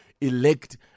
elect